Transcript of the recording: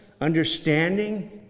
understanding